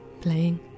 playing